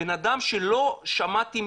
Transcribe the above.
בן אדם שלא שמעתי,